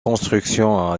construction